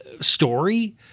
story